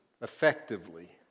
effectively